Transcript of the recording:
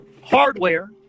hardware